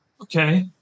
okay